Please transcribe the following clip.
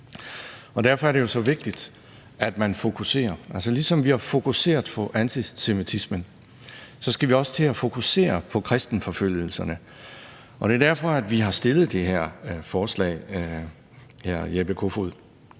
Derfor er det jo så vigtigt, at man fokuserer, og ligesom vi har fokuseret på antisemitismen, skal vi også til at fokusere på kristenforfølgelserne. Det er derfor, at vi har stillet det her forslag, hr.